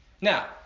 Now